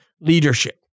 leadership